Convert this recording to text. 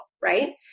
right